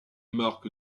marque